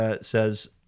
says